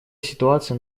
ситуация